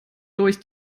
durch